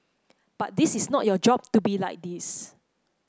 but this is not your job to be like this